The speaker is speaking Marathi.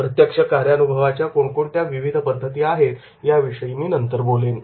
प्रत्यक्ष कार्यानुभवाच्या कोणकोणत्या विविध पद्धती आहेत याविषयी मी नंतर बोलेन